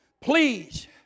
please